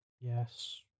Yes